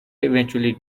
eventually